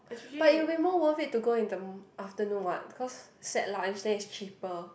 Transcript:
but it'll be more worth it to go in the afternoon what because set lunch then is cheaper